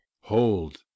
Hold